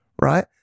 right